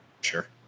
Sure